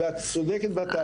את צודקת בטענה.